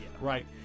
Right